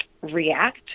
react